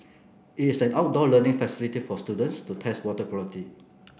it is an outdoor learning facility for students to test water quality